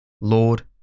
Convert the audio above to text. Lord